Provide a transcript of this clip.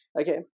Okay